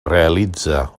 realitza